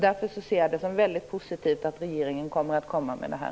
Därför ser jag det som väldigt positivt att regeringen kommer att komma med det här.